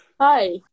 Hi